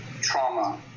trauma